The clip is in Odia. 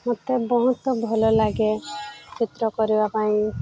ମୋତେ ବହୁତ ଭଲ ଲାଗେ ଚିତ୍ର କରିବା ପାଇଁ